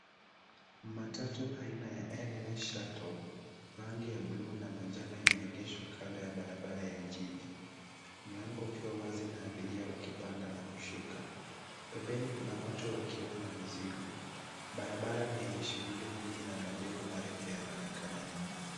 Matatu aina ya Nms Shuttle ya rangi ya buluu na manjano imeegeshwa kando ya barabara ya jiji mlango ukiwa wazi na abiria wakipanda na kushuka. Pembeni kuna watu wakiwa na mizigo. Barabara ni yenye shughuli nyingi na majengo marefu yanaonekana nyuma.